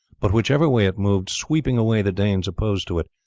but whichever way it moved sweeping away the danes opposed to it,